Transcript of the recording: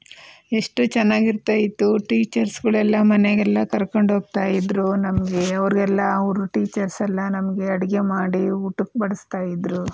ಎಷ್ಟು ಚೆನ್ನಾಗಿರ್ತಾಯಿತ್ತು ಟೀಚರ್ಸ್ಗಳೆಲ್ಲ ಮನೆಗೆಲ್ಲ ಕರ್ಕೋಂಡೋಗ್ತಾಯಿದ್ರು ನಮಗೆ ಅವರೆಲ್ಲ ಅವರು ಟೀಚರ್ಸೆಲ್ಲ ನಮಗೆ ಅಡುಗೆ ಮಾಡಿ ಊಟಕ್ಕೆ ಬಡಿಸ್ತಾಯಿದ್ರು